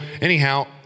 anyhow